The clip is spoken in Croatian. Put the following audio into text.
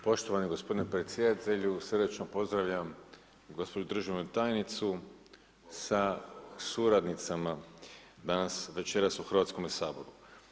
Poštovani gospodine predsjedatelju, srdačno pozdravljam gospođu državnu tajnicu sa suradnicama danas, večeras u Hrvatskome saboru.